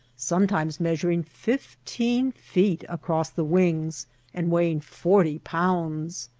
sometimes measuring fifteen feet across the wings and weighing forty pounds.